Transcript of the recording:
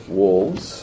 wolves